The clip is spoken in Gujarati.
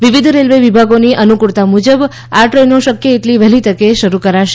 વિવિધ રેલવે વિભાગોની અનૂકળતા મુજબ આ ટ્રેનો શક્ય એટલી વહેલી તકે શરૂ કરાશે